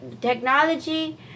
technology